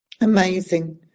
Amazing